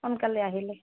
সোনকালে আহিলে